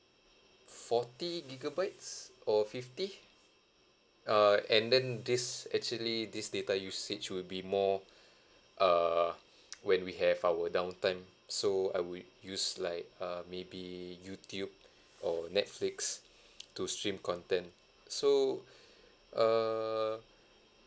forty gigabytes or fifty uh and then this actually this data usage will be more err when we have our downtime so I would use like uh maybe youtube or netflix to stream content so err